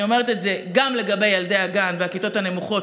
אני אומרת את זה גם לגבי ילדי הגן והכיתות הנמוכות,